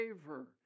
favor